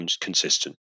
consistent